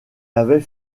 avait